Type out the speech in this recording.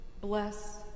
bless